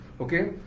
okay